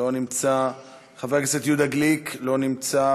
לא נמצא, חבר הכנסת יהודה גליק, לא נמצא.